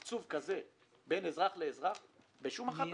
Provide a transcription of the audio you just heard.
כאלה בתקצוב בין אזרח לאזרח בשום מערכת